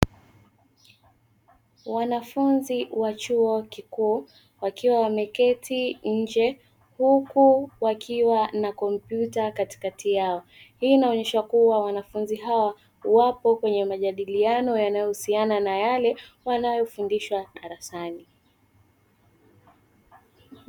Wanafunzi wa chuo kikuu wakiwa wameketi nje huku wakiwa na kompyuta katikati yao, hii inaonyesha kuwa wanafunzi hawa wapo kwenye majadiliano yanayohusiana na yale wanayofundishwa darasani.